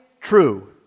true